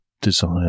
desire